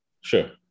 Sure